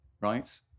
right